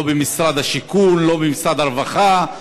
לא במשרד השיכון, לא במשרד הרווחה.